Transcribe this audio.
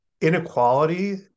inequality